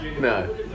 No